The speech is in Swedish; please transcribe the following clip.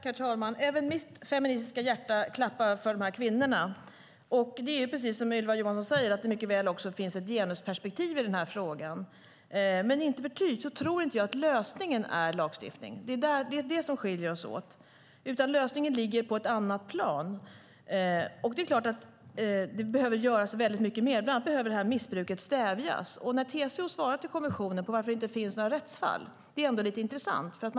Herr talman! Även mitt feministiska hjärta klappar för de här kvinnorna. Som Ylva Johansson säger finns det också ett genusperspektiv i den här frågan. Men icke förty tror jag inte att lösningen är lagstiftning. Det är det som skiljer oss åt. Lösningen ligger på ett annat plan. Det är klart att det behöver göras väldigt mycket mer. Bland annat behöver missbruket stävjas. När TCO svarar till kommissionen om varför det inte finns några rättsfall är det lite intressant.